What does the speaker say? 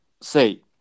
say